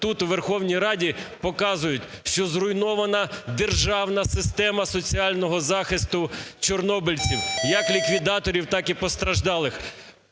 тут, у Верховній Раді, показують, що зруйнована державна система соціального захисту чорнобильців, як ліквідаторів, так і постраждалих.